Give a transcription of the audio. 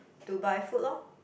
to buy food lor